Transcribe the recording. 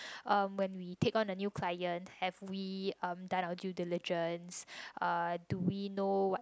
um when we take on a new client have we um done our due diligence uh do we know what